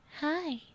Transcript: Hi